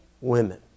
women